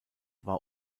war